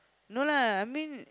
no lah I mean